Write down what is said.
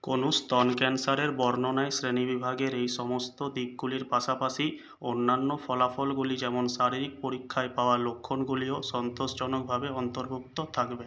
কোনও স্তন ক্যান্সারের বর্ণনায় শ্রেণী বিভাগের এই সমস্ত দিকগুলির পাশাপাশি অন্যান্য ফলাফলগুলি যেমন শারীরিক পরীক্ষায় পাওয়া লক্ষণগুলিও সন্তোষজনকভাবে অন্তর্ভুক্ত থাকবে